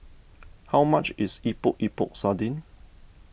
how much is Epok Epok Sardin